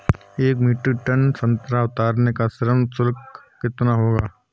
एक metric tonne संतरा उतारने का श्रम शुल्क कितना होगा?